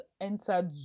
entered